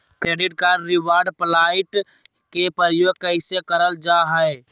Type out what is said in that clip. Credit card reward point के प्रयोग कैसे करल जा है?